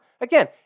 Again